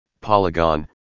Polygon